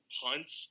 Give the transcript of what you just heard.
punts